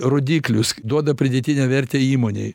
rodiklius duoda pridėtinę vertę įmonei